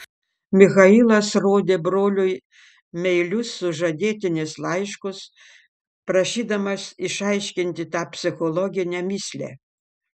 michailas rodė broliui meilius sužadėtinės laiškus prašydamas išaiškinti tą psichologinę mįslę